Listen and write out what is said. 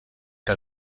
que